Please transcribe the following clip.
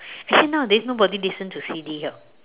actually nowadays nobody listen to C_D hor